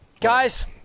Guys